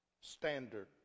standard